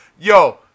yo